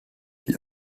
die